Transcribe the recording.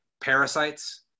parasites